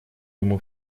ему